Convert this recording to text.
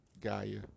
Gaia